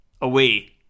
away